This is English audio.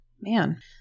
Man